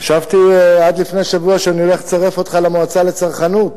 חשבתי עד לפני שבוע שאני הולך לצרף אותך למועצה לצרכנות,